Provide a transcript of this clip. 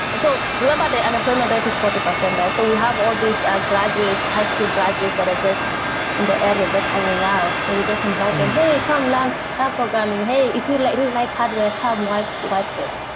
so, remember, the unemployment rate is forty percent, right? so we have all these ah graduates, high school graduates, that are just in the area just hanging out. so we just invite them, hey! come learn programming. hey, if you like like hardware. come, wipe wipe this.